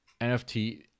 NFT